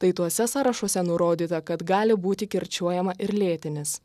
tai tuose sąrašuose nurodyta kad gali būti kirčiuojama ir lėtinis